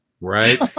right